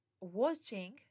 watching